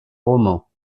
romans